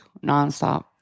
nonstop